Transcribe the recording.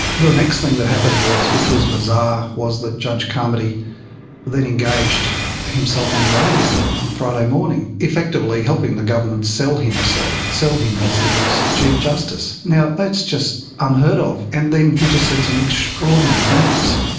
the next thing that happened was, which was bizarre, was that judge carmody then engaged himself on radio on friday morning, effectively helping the government sell himself, sell him as the next chief justice. now, that's just unheard of, and then he just said some extraordinary things.